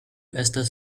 estas